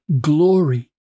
glory